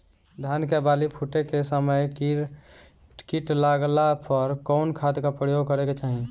धान के बाली फूटे के समय कीट लागला पर कउन खाद क प्रयोग करे के चाही?